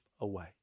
away